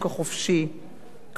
כפי שקורה גם בחו"ל.